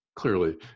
Clearly